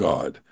God